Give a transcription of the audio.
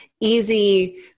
easy